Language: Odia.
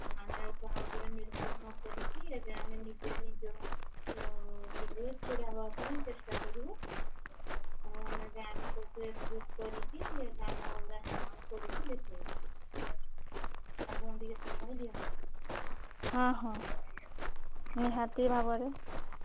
ଆମେ ଆଉ କାହା ଉପରେ ନିର୍ଭର ନ କରିକି ଆମେ ଏବେ ନିଜେ ନିଜ ଗୋଡ଼ରେ ଛିଡା ହେବା ପାଇଁ ଚେଷ୍ଟା କରିବୁ ଆଉ ଆମେ ଗାଁ ଲୋକଙ୍କୁ ଏକ୍ଜୁଟ୍ କରିକି ଗ୍ରାମବାସୀମାନେ କରିକି ଦେଖାଇବୁ ଆପଣ ଟିକିଏ ସମୟ ଦିଅନ୍ତୁ ହଁ ହଁ ନିହାତି ଭାବରେ